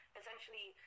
essentially